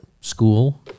school